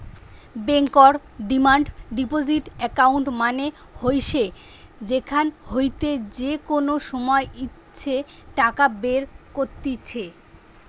বেঙ্কর demand deposit account মানে হইসে যেখান হইতে যে কোনো সময় ইচ্ছে টাকা বের কত্তিছে